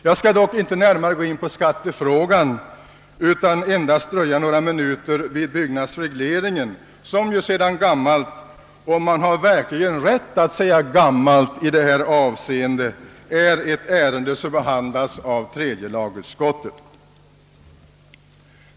Jag skall dock inte gå närmare in på skattefrågan utan endast dröja några minuter vid byggnadsregleringen, som ju sedan gammalt — och man har verkligen rätt att säga »gammalt» i det avseendet — är ett ärende som behandlats av tredje lagutskottet.